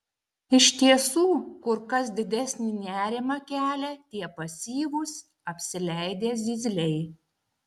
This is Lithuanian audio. iš tiesų kur kas didesnį nerimą kelia tie pasyvūs apsileidę zyzliai